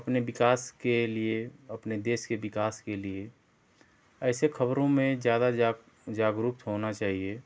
अपने विकास के लिये आपने देश के विकास के लिए ऐसे खबरों में ज़्यादा जाग जागरूक होना चाहिए